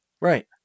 Right